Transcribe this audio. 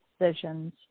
decisions